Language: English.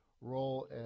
role